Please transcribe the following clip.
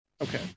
okay